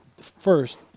first